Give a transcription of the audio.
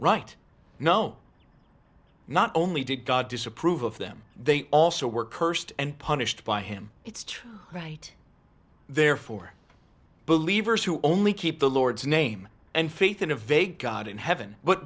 right no not only did god disapprove of them they also were cursed and punished by him it's right there for believers who only keep the lord's name and faith in a vague god in heaven but